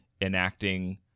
enacting